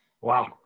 Wow